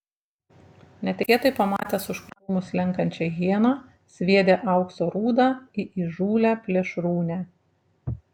netikėtai pamatęs už krūmų slenkančią hieną sviedė aukso rūdą į įžūlią plėšrūnę